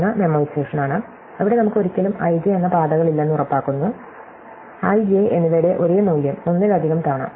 ഒന്ന് മെമ്മോയിസേഷനാണ് അവിടെ നമുക്ക് ഒരിക്കലും i j എന്ന പാതകളില്ലെന്ന് ഉറപ്പാക്കുന്നു i j എന്നിവയുടെ ഒരേ മൂല്യം ഒന്നിലധികം തവണ